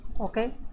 okay